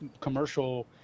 commercial